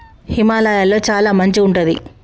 హిమాలయ లొ చాల మంచు ఉంటది